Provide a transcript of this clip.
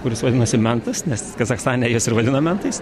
kuris vadinasi mentas nes kazachstane juos ir vadina mentais